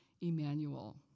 Emmanuel